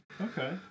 Okay